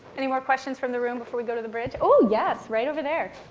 any more questions from the room before we go to the bridge? oh, yes. right over there.